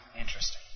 Interesting